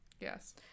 Yes